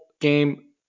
game